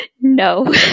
No